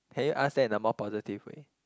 can you ask that in a more positive way